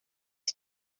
ich